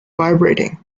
vibrating